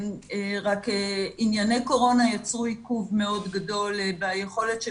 רק ענייני קורונה יצרו עיכוב מאוד גדול ביכולת של